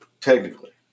technically